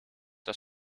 das